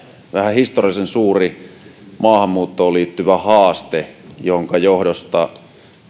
historiallisen suuri maahanmuuttoon liittyvä haaste minkä johdosta